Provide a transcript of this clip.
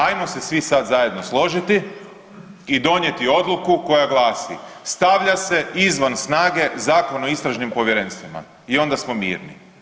Hajmo se svi sad zajedno složiti i donijeti odluku koja glasi: „Stavlja se izvan snage Zakon o istražnim povjerenstvima“ i onda smo mirni.